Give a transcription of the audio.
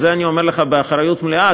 את זה אני אומר לך באחריות מלאה,